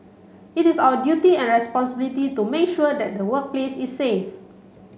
it is our duty and responsibility to make sure that the workplace is safe